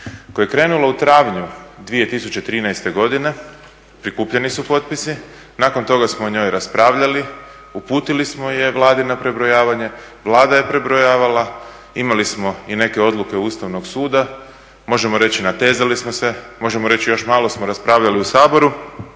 koja je krenula u travnju 2013. godine, prikupljeni su potpisi, nakon toga smo o njoj raspravljali, uputili smo je Vladi na prebrojavanje, Vlada je prebrojavala, imali smo i neke odluke Ustavnog suda, možemo reći natezali smo se, možemo reći još malo smo raspravljali u Saboru